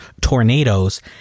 tornadoes